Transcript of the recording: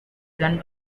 gun